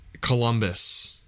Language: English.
Columbus